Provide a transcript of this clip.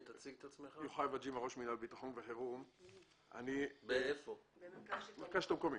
אני ראש מינהל ביטחון וחירום במרכז השלטון המקומי.